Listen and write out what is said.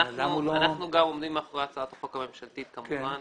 אנחנו כמובן